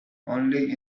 only